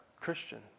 Christian